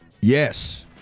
yes